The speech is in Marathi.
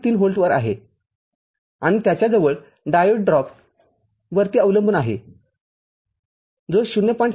३ व्होल्टवर आहे आणि त्याच्याजवळ डायोड ड्रॉप वरती अवलंबून आहे जो ०